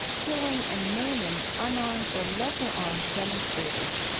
killing and maiming unarmed or lesser-armed demonstrators.